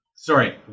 Sorry